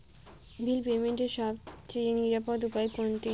বিল পেমেন্টের সবচেয়ে নিরাপদ উপায় কোনটি?